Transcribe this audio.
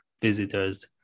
visitors